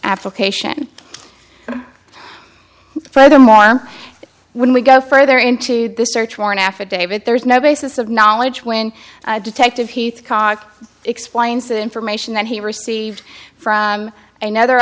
application furthermore when we go further into the search warrant affidavit there is no basis of knowledge when detective heath cock explains that information that he received from another